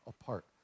apart